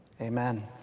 Amen